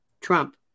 Trump